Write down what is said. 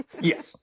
Yes